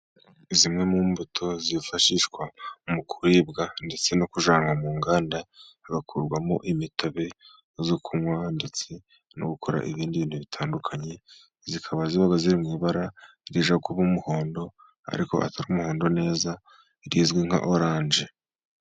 Zimwe mu mbuto zifashishwa mu kuribwa ndetse no kujyanwa mu nganda zagakurwamo imitobe yo kunywa, ndetse no gukora ibindi bintu bitandukanye. Zikaba ziba ziri mu ibara rijya kuba umuhondo, ariko atari umuhondo neza rizwi nka oranje.